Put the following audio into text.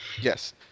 Yes